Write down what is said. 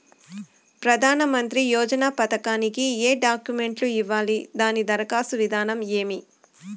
ప్రధానమంత్రి యోజన పథకానికి ఏ డాక్యుమెంట్లు ఇవ్వాలి దాని దరఖాస్తు విధానం ఏమి